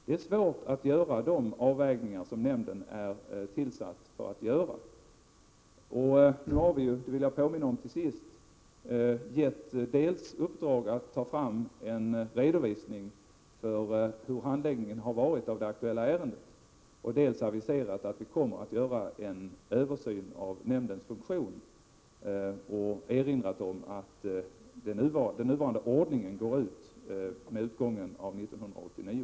Det är svårt att göra de avvägningar som nämnden är tillsatt att göra. Jag vill till sist påminna om att vi har gett uppdrag om framtagande av en redovisning för hur handläggningen av det aktuella ärendet har varit. Vi har också aviserat att vi kommer att göra en översyn av nämndens funktion. Vi har också erinrat om att den nuvarande ordningen gäller till utgången av 1989.